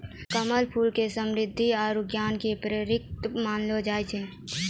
कमल फूल के समृद्धि आरु ज्ञान रो प्रतिक मानलो जाय छै